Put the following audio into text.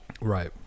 Right